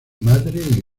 madre